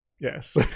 Yes